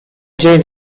dzień